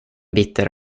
bitter